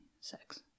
sex